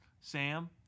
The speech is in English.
Sam